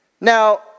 Now